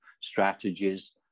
strategies